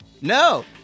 No